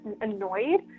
annoyed